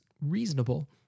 reasonable